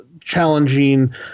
challenging